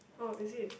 oh is it